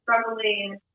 struggling